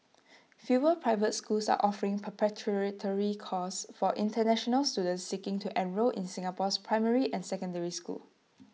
fewer private schools are offering preparatory courses for International students seeking to enrol in Singapore's primary and secondary schools